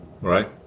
right